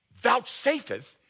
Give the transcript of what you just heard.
vouchsafeth